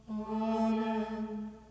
Amen